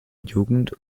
jugend